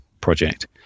project